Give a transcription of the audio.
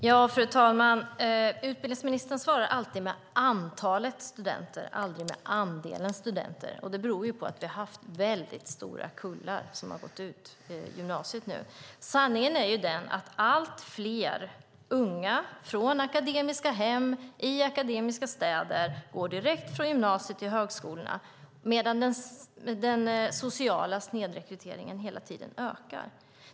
Fru talman! Utbildningsministern svarar alltid med antalet studenter, aldrig med andelen studenter. Det beror på att vi har haft väldigt stora kullar som har gått ut gymnasiet. Sanningen är att allt fler unga från akademiska hem, i akademiska städer går direkt från gymnasiet till högskolorna, medan den sociala snedrekryteringen hela tiden ökar.